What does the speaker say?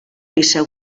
liceu